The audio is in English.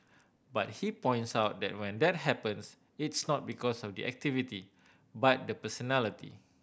but he points out that when that happens it's not because of the activity but the personality